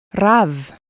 Rav